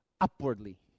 upwardly